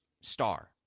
star